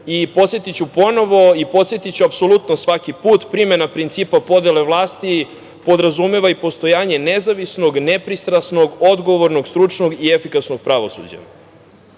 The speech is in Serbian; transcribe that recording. sudstvo. Podsetiću ponovo, i podsetiću apsolutno svaki put, primena principa podele vlasti podrazumeva i postojanje nezavisnog, nepristrasnog, odgovornog, stručnog i efikasnog pravosuđa. Kada